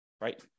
right